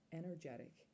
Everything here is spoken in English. energetic